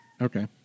Okay